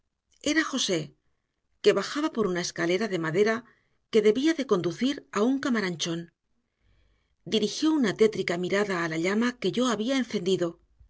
era josé que bajaba por una escalera de madera que debía de conducir a su camaranchón dirigió una tétrica mirada a la llama que yo había encendido